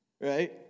Right